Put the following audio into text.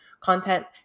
content